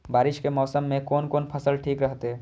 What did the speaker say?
बारिश के मौसम में कोन कोन फसल ठीक रहते?